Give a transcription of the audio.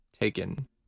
taken